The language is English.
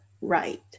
right